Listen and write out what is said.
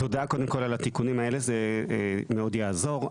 תודה קודם כל על התיקונים האלה, זה מאוד יעזור.